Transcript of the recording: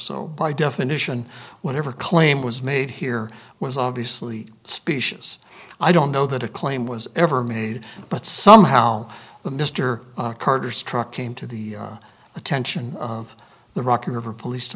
so by definition whatever claim was made here was obviously specious i don't know that a claim was ever made but somehow the mr carter's truck came to the attention of the rocky river police to